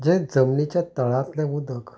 जें जमनीच्या तळांतलें उदक